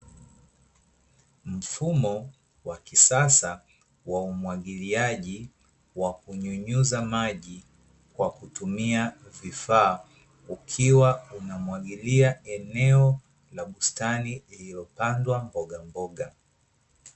Mfumo wa kisasa wa umwagiliaji wa kunyunyuza maji kwa kutumia vifaa, ukiwa unamwagilia eneo la bustani lililopandwa mbogamboga.